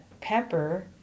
pepper